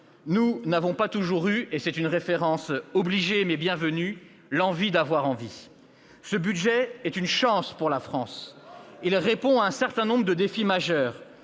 nous n'avons pas toujours eu- référence obligée, mais bienvenue -« l'envie d'avoir envie ». Ce budget est une chance pour la France. Il répond à un certain nombre de défis majeurs